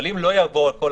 ייסגר,